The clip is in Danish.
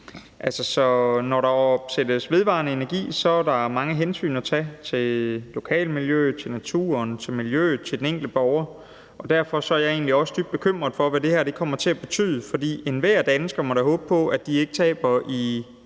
Når der opsættes vedvarende energi-anlæg, er der mange hensyn at tage til lokalmiljøet, til naturen, til miljøet og til den enkelte borger, og derfor er jeg egentlig også dybt bekymret for, hvad det her kommer til at betyde. For enhver dansker må da håbe, at de ikke taber i